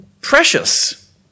precious